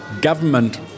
government